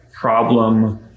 problem